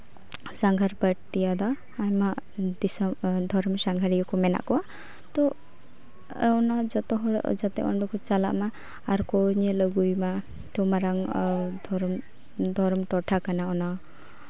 ᱥᱟᱸᱜᱷᱟᱨ ᱯᱟᱹᱛᱭᱟᱹᱣ ᱫᱚ ᱱᱚᱣᱟ ᱫᱷᱚᱨᱚᱢ ᱥᱟᱸᱜᱷᱟᱨᱤᱭᱟᱹ ᱠᱚ ᱢᱮᱱᱟᱜ ᱠᱚᱣᱟ ᱛᱳ ᱚᱱᱟ ᱡᱚᱛᱚ ᱦᱚᱲ ᱚᱸᱰᱮ ᱠᱚ ᱪᱟᱞᱟᱜ ᱢᱟ ᱟᱨ ᱠᱚ ᱧᱮᱞ ᱟᱹᱜᱩᱭᱼᱢᱟ ᱛᱳ ᱢᱟᱨᱟᱝ ᱫᱷᱚᱨᱚᱢ ᱫᱷᱚᱨᱚᱢ ᱴᱚᱴᱷᱟ ᱠᱟᱱᱟ ᱚᱱᱟ